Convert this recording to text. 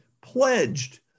pledged